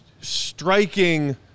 striking